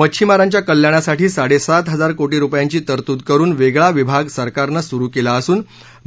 मछिमारांच्या कल्याणासाठी साडेसात हजार कोटी रुपयांची तरतूद करुन वेगळा विभाग सरकारनं सुरु केला असून